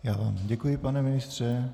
Já vám děkuji, pane ministře.